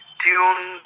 tune